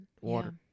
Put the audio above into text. water